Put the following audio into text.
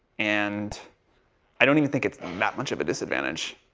and i don't think it's that much of a disadvantage.